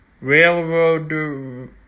Railroad